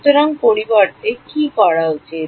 সুতরাং পরিবর্তে কি করা উচিত